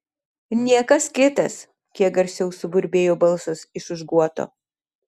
niekas kitas kiek garsiau suburbėjo balsas iš už guoto